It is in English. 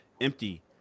Empty